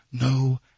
No